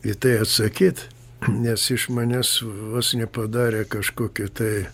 į tai atsakyt nes iš manęs vos nepadarė kažkokio tai